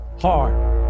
hard